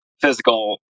physical